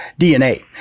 DNA